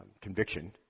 conviction